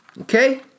Okay